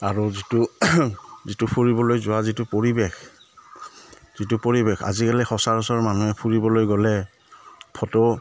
আৰু যিটো যিটো ফুৰিবলৈ যোৱা যিটো পৰিৱেশ যিটো পৰিৱেশ আজিকালি সচৰাচৰ মানুহে ফুৰিবলৈ গ'লে ফটো